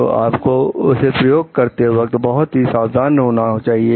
तो आपको उसे प्रयोग करते वक्त बहुत ही सावधान होना चाहिए